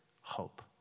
hope